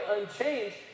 unchanged